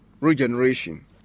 regeneration